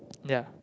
ya